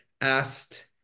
asked